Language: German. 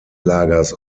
lagers